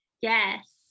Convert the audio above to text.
Yes